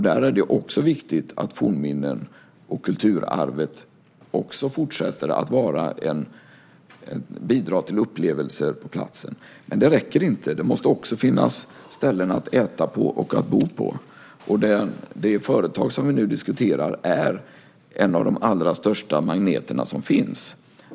Där är det också viktigt att fornminnen och kulturarvet också fortsätter att bidra till upplevelser på platsen. Men det räcker inte. Det måste också finnas ställen att äta på och bo på. Det företag som vi nu diskuterar är en av de allra största magneterna som finns.